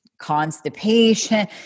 constipation